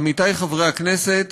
עמיתי חברי הכנסת,